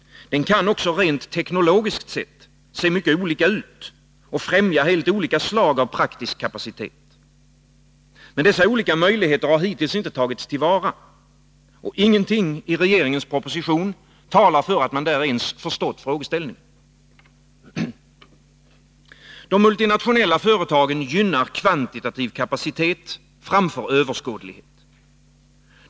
Den kan också rent teknologiskt se mycket olika ut och främja helt olika slag av praktisk kapacitet. Men dessa olika möjligheter har hittills inte tagits till vara. Och ingenting i regeringens proposition talar för att man ens förstått frågeställningen. De multinationella företagen gynnar kvantitativ kapacitet framför överskådlighet.